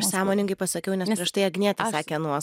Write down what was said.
aš sąmoningai pasakiau nes prieš tai agnietė sakė nuos